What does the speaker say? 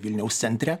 vilniaus centre